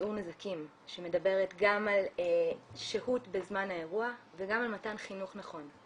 מיזעור נזקים שמדברת על שהות בזמן האירוע וגם על מתן חינוך נכון.